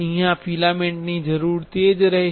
અહીયા ફિલામેન્ટની જરૂર તે જ રહેશે